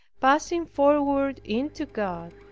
passing forward into god,